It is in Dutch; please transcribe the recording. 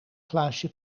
glaasje